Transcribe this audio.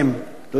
תודה רבה.